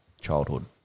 childhood